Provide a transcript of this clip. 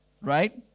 Right